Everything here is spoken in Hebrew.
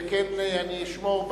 וכן אני אשמור.